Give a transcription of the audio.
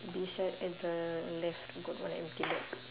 beside at the left got what one empty bag